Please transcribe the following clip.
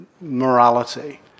morality